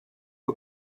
are